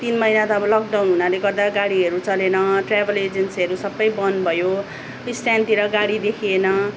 तिन महिना त अब लकडाउन हुनाले गर्दा गाडीहरू चलेन ट्रयाभल एजेन्सीहरू सबै बन्द भयो स्ट्यान्डतिर गाडी देखिएन